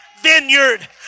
Vineyard